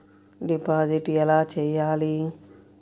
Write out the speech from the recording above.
Deposit ఎలా చెయ్యాలి?